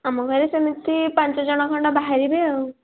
ଆମ ଘରେ ସେମିତି ପାଞ୍ଚ ଜଣ ଖଣ୍ଡେ ବାହାରିବେ ଆଉ